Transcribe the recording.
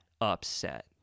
upset